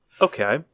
Okay